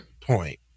point